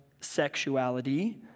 sexuality—